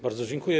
Bardzo dziękuję.